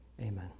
amen